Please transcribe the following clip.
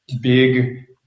big